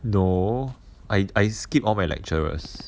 no I I skip all my lecturers